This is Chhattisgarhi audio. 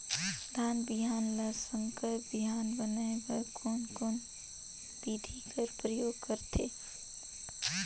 धान बिहान ल संकर बिहान बनाय बर कोन कोन बिधी कर प्रयोग करथे?